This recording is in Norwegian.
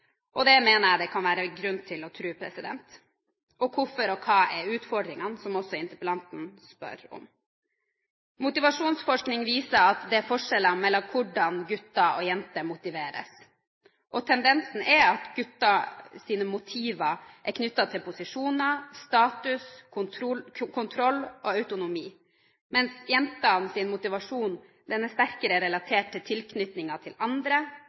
Det mener jeg det kan være grunn til å tro. Hvorfor – og hva er utfordringen? Det spør også interpellanten om. Motivasjonsforskning viser at det er forskjeller mellom hvordan gutter og jenter motiveres. Tendensen er at gutters motiver er knyttet til posisjoner, status, kontroll og autonomi, mens jenters motivasjon er sterkere relatert til tilknytning til andre,